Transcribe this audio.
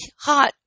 hot